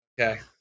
Okay